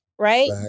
Right